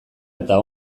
eta